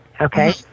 okay